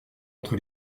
entre